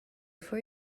for